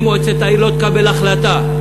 אם מועצת העיר לא תקבל החלטה,